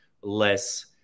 less